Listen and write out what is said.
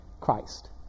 Christ